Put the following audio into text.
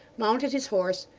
mounted his horse,